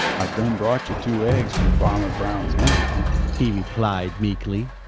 ah done brought yo' two eggs from farmer brown's hen-house, he replied meekly.